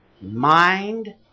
mind